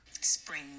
spring